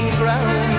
ground